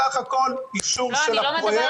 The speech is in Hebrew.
בסך הכול אישור של הפרויקט.